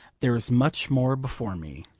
there is much more before me.